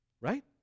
right